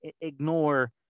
ignore